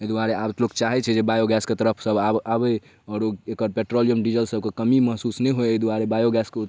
एहि दुआरे आब लोक चाहै छै जे बायोगैसके तरफ सब आब आबै आओर ओकर पेट्रोलियम डीजल सबके कमी महसूस नहि होइ एहि दुआरे बायोगैसके